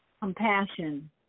compassion